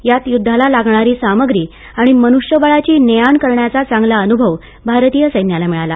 यात युद्धाला लागणारी सामग्री आणि मनुष्यबळाची ने आण करण्याचा चांगला अनुभव भारतीय सैन्याला मिळाला